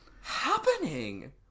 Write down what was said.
happening